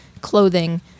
clothing